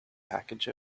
package